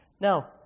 Now